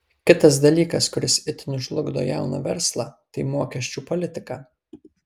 kitas dalykas kuris itin žlugdo jauną verslą tai mokesčių politika